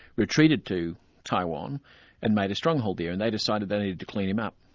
retreated to taiwan and made a stronghold there, and they decided they needed to clean him up.